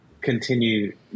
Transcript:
continue